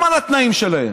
גם על התנאים שלהם.